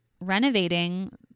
renovating